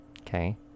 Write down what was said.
Okay